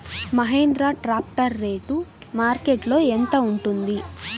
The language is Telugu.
మహేంద్ర ట్రాక్టర్ రేటు మార్కెట్లో యెంత ఉంటుంది?